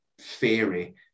theory